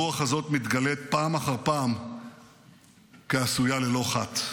הרוח הזאת מתגלית פעם אחר כעשויה ללא חת.